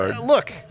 Look